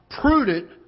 prudent